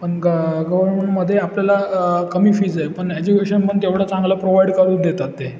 पण ग गव्हर्मेंटमध्ये आपल्याला कमी फीज आहेत पण एज्युकेशन पण तेवढं चांगलं प्रोव्हाइड करून देतात ते